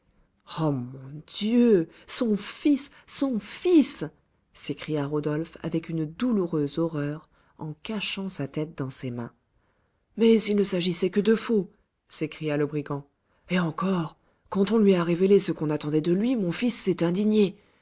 oh mon dieu son fils son fils s'écria rodolphe avec une douloureuse horreur en cachant sa tête dans ses mains mais il ne s'agissait que de faux s'écria le brigand et encore quand on lui a révélé ce qu'on attendait de lui mon fils s'est indigné